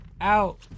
out